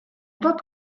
tot